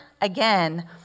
again